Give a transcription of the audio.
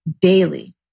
daily